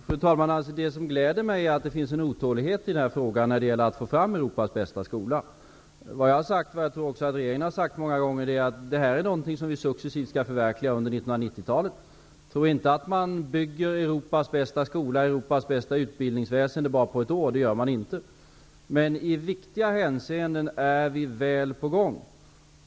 Fru talman! Det som gläder mig är att det finns en otålighet när det gäller att få fram Europas bästa skola. Vad jag har sagt, vilket jag också tror att regeringen också har sagt många gånger, är att detta är något som vi successivt skall förverkliga under 1990-talet. Tro inte att man bygger Europas bästa skola, Europas bästa utbildningsväsende, på bara ett år. Det gör man inte. I viktiga hänseenden är vi väl på gång.